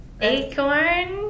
Acorn